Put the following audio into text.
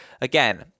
again